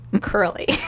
curly